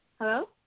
Hello